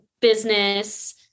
business